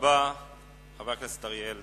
סערה של אש.